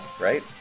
Right